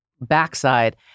backside